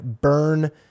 burn